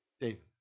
David